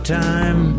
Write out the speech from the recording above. time